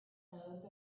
those